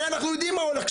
הרי אנחנו יודעים מה הולך,